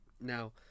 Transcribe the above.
Now